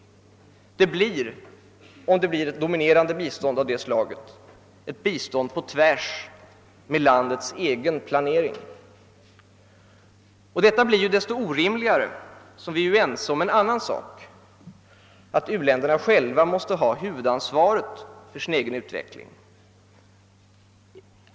Det blir, om man får dominerande inslag av sådant bistånd, en verksamhet tvärs emot landets egen planering. Detta blir desto orimligare som vi nu är ense om en annan sak, nämligen att u-länderna själva måste ha huvudansvaret för sin egen utveckling.